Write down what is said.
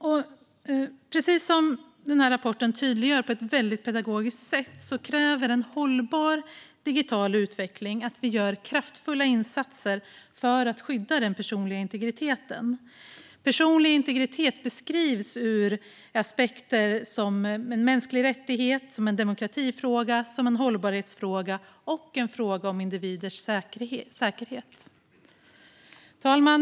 Precis som rapporten tydliggör på ett väldigt pedagogiskt sätt kräver en hållbar digital utveckling att vi gör kraftfulla insatser för att skydda den personliga integriteten. Personlig integritet beskrivs som en mänsklig rättighet, som en demokratifråga, som en hållbarhetsfråga och som en fråga om individers säkerhet. Fru talman!